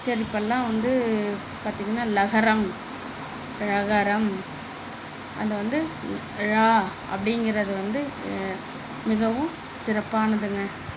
உச்சரிப்பெல்லாம் வந்து பார்த்தீங்கன்னா லகரம் ழகரம் அது வந்து ழ அப்படிங்கிறது வந்து மிகவும் சிறப்பானதுங்கள்